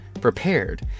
prepared